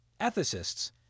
ethicists